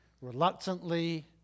reluctantly